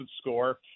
score